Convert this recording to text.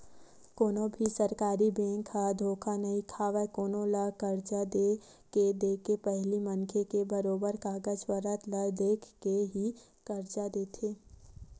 कोनो भी सरकारी बेंक ह धोखा नइ खावय कोनो ल करजा के देके पहिली मनखे के बरोबर कागज पतर ल देख के ही करजा देथे